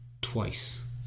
twice